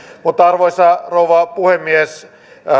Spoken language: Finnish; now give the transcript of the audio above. mutta arvoisa rouva puhemies